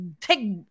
take